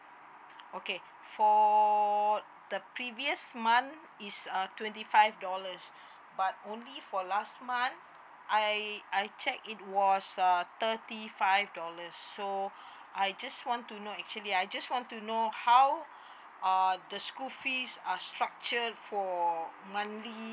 okay for the previous month is uh twenty five dollars but only for last month I I check it was uh thirty five dollar so I just want to know actually I just want to know how uh the school fees are structured for monthly